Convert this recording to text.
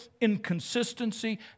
inconsistency